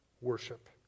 worship